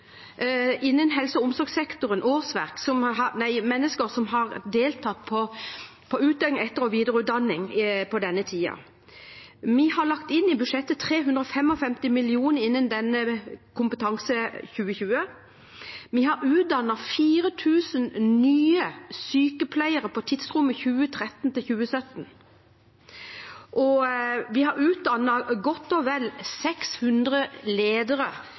mennesker som har deltatt på etter- og videreutdanning i denne tiden. Vi har lagt inn 355 mill. kr til Kompetanseløft 2020 i budsjettet. Vi har utdannet 4 000 nye sykepleiere i tidsrommet 2013–2017, og vi har utdannet godt og vel 600 ledere,